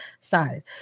side